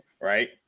right